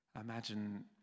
imagine